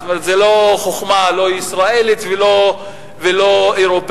זאת אומרת, זה לא חוכמה לא ישראלית, ולא אירופית.